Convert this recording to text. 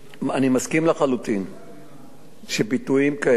אני מסכים לחלוטין שביטויים כאלה,